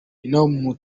nina